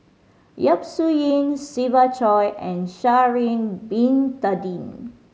Yap Su Yin Siva Choy and Sha'ari Bin Tadin